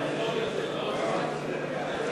לליצמן.